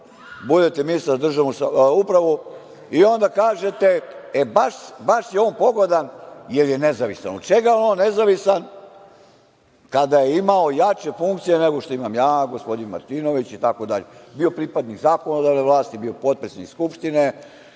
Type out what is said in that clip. biti ministar za državnu upravu i onda kažete – e, baš je on pogodan jer je nezavisan. Od čega je on nezavisan, kada je imao jače funkcije nego što imam ja, gospodin Martinović itd, bio pripadnik zakonodavne vlasti, bio potpredsednik Skupštine,